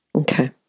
Okay